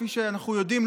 כפי שאנחנו יודעים,